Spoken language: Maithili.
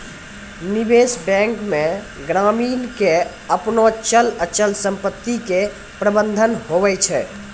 निबेश बेंक मे ग्रामीण के आपनो चल अचल समपत्ती के प्रबंधन हुवै छै